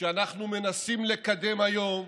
שאנחנו מנסים לקדם היום,